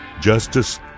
justice